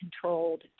controlled